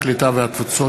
הקליטה והתפוצות.